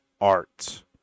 art